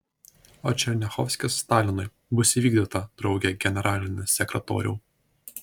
o černiachovskis stalinui bus įvykdyta drauge generalinis sekretoriau